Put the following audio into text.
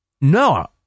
no